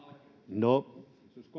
no